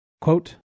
Quote